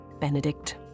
Benedict